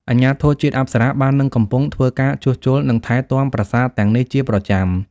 អាជ្ញាធរជាតិអប្សរាបាននិងកំពុងធ្វើការជួសជុល និងថែទាំប្រាសាទទាំងនេះជាប្រចាំ។